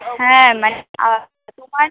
হ্যাঁ তোমার